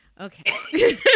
Okay